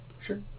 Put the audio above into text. Sure